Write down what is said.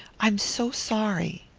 i'm so sorry.